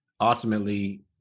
ultimately